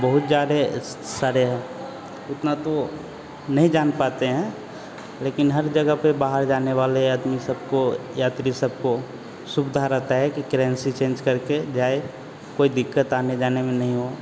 बहुत ज़्यादा सारे है उतना तो नहीं जान पाते हैं लेकिन हर जगह पर बाहर जाने वाले आदमी सबको यात्री सबको सुविधा रहती है कि क्रेन्सी चेंज करके जाए कोई दिक़्क़त आने जाने में नहीं हो